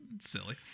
silly